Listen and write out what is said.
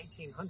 1900